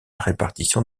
répartition